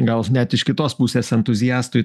gal net iš kitos pusės entuziastui